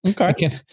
okay